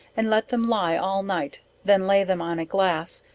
and let them lie all night then lay them on a glass,